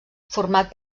format